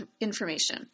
information